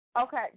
Okay